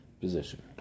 position